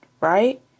right